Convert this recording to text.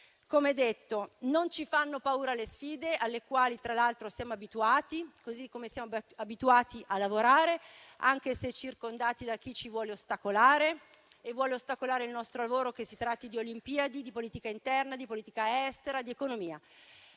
già detto, non ci fanno paura le sfide, alle quali tra l'altro siamo abituati, così come siamo abituati a lavorare, anche se circondati da chi vuole ostacolare noi e il nostro lavoro, che si tratti di Olimpiadi, di politica interna, di politica estera, di economia.